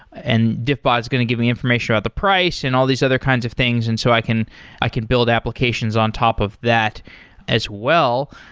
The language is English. and diffbot is going to give the information about the price and all these other kinds of things. and so i can i can build applications on top of that as well.